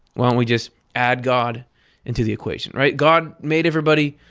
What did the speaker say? why don't we just add god into the equation. right? god made everybody,